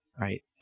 right